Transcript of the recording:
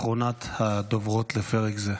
אחרונת הדוברות לפרק זה.